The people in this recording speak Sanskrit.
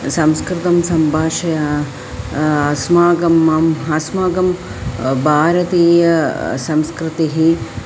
संस्कृतं सम्भाषणम् अस्माकम् अहम् अस्माकं भारतीयसंस्कृतिः